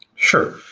sure.